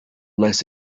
less